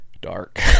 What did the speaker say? dark